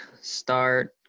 start